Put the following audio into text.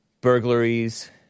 burglaries